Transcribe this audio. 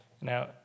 Now